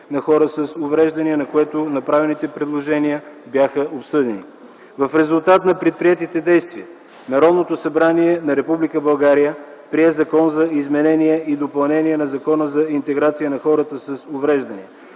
на хората с увреждания, на което направените предложения бяха обсъдени. В резултат на предприетите действия, Народното събрание на Република България прие Закон за изменение и допълнение на Закона за интеграция на хората с увреждания.